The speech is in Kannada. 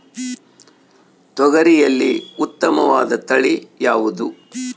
ತೊಗರಿಯಲ್ಲಿ ಉತ್ತಮವಾದ ತಳಿ ಯಾವುದು?